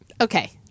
Okay